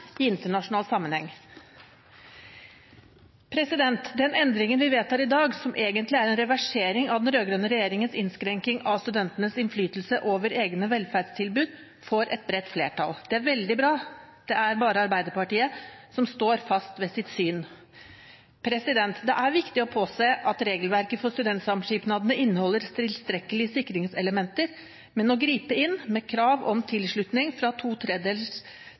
i internasjonal sammenheng. Den endringen vi vedtar i dag, som egentlig er en reversering av den rød-grønne regjeringens innskrenking av studentenes innflytelse over egne velferdstilbud, får et bredt flertall. Det er veldig bra. Det er bare Arbeiderpartiet som står fast ved sitt syn. Det er viktig å påse at regelverket for studentsamskipnadene inneholder tilstrekkelige sikringselementer, men å gripe inn med krav om tilslutning fra to